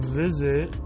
visit